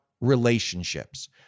relationships